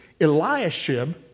Eliashib